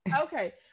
okay